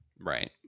Right